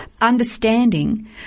understanding